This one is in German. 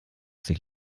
sich